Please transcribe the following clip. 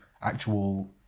actual